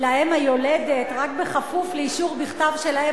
לאם היולדת רק כפוף לאישור בכתב של האם,